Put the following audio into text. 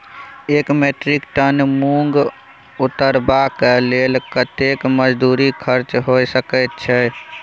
एक metric tonne मूंग उतरबा के लेल कतेक मजदूरी खर्च होय सकेत छै?